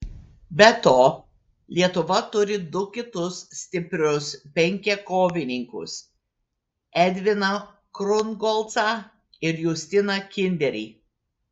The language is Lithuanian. be to lietuva turi du kitus stiprius penkiakovininkus edviną krungolcą ir justiną kinderį